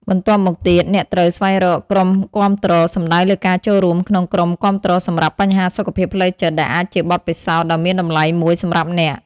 បន្ទាប់់មកទៀត អ្នកត្រូវស្វែងរកក្រុមគាំទ្រ សំដៅលើការចូលរួមក្នុងក្រុមគាំទ្រសម្រាប់បញ្ហាសុខភាពផ្លូវចិត្តដែលអាចជាបទពិសោធន៍ដ៏មានតម្លៃមួយសម្រាប់អ្នក។